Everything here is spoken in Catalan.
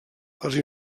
els